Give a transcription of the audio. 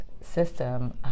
system